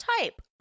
type